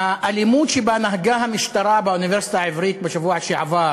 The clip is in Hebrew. האלימות שבה נהגה המשטרה באוניברסיטה העברית בשבוע שעבר